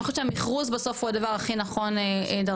אני חושבת שהמכרוז בסוף הוא הדבר הכי נכון דרכו,